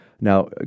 Now